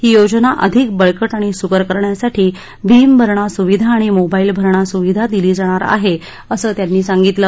ही योजना अधिक बळकट आणि सुकर करण्यासाठी भीम भरणा सुविधा आणि मोबा िल भरणा सुविधा दिली आहे असं त्यांनी सांगितलं